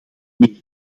meer